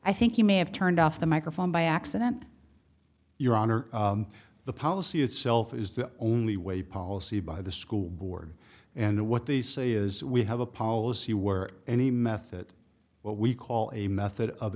i think you may have turned off the microphone by accident your honor the policy itself is the only way policy by the school board and what they say is we have a policy where any method what we call a method of